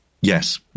Yes